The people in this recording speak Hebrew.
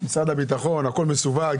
לאן הולכת הסובסידיה הזאת?